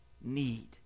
need